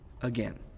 again